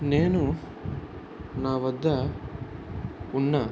నేను నా వద్ద ఉన్న